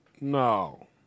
No